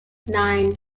nine